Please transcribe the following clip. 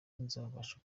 nzabasha